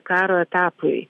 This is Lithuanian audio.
karo etapui